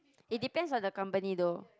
it depends on the company though